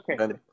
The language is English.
okay